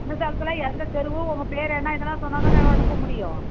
எந்த தெரு உங்க பேர் என்ன இதெலாம் சொன்னால்தானே அனுப்ப முடியும்